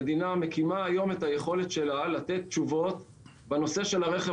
המדינה מקימה היום את היכולת שלה לתת תשובות בנושא של הרכב